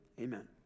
amen